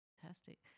Fantastic